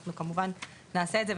אנחנו כמובן נעשה את זה,